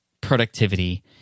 productivity